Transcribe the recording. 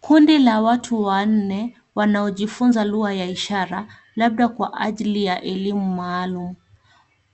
Kundi la watu wanne wanaojifunza lugha ya ishara labda kwa ajili ya elimu maalumu